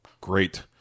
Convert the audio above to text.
Great